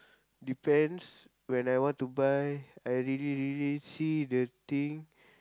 depends when I want to buy I really really see the thing